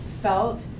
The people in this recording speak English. felt